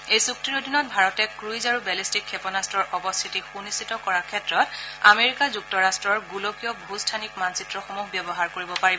এই চুক্তিৰ অধীনত ভাৰতে ক্ৰুইজ আৰু বেলিষ্টিক ক্ষেপণাস্তৰ অৱস্থিতি সনিশ্চিত কৰাৰ ক্ষেত্ৰত আমেৰিকা যুক্তৰাট্টৰ গোলকীয় ভু স্থানিক মানচিত্ৰসমূহ ব্যৱহাৰ কৰিব পাৰিব